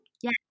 Yes